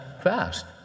fast